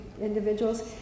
individuals